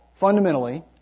fundamentally